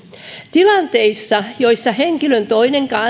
tilanteissa joissa henkilön toinen